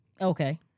Okay